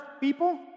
people